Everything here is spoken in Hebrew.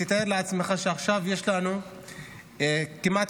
תאר לעצמך שעכשיו יש לנו עכשיו כמעט